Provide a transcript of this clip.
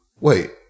wait